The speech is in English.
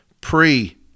pre-